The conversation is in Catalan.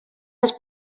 les